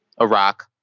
Iraq